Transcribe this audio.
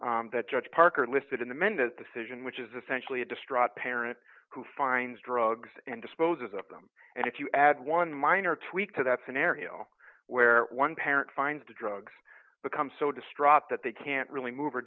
example that judge parker listed in the men that the surgeon which is essentially a distraught parent who finds drugs and disposes of them and if you add one minor tweak to that scenario where one parent finds the drugs become so distraught that they can't really move or